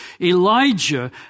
Elijah